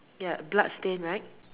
ya bloodstain right